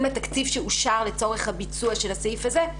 לתקציב שאושר לצורך הביצוע של הסעיף הזה,